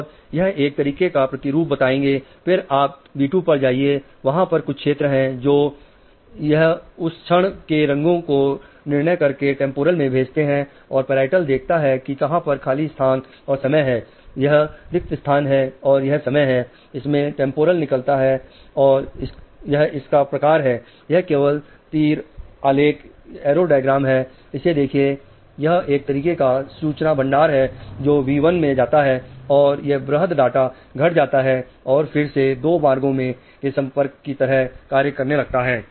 तो यह एक प्रकार का लेटरल जेनिकुलेट न्यूक्लियस है इसे देखिए यह एक तरीके का सूचना भंडार है जो V1 में जाता है और यह बृहद डाटा घट जाता है और फिर से दो मार्गो के संपर्क की तरह कार्य करने लगता है